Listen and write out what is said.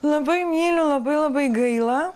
labai myliu labai labai gaila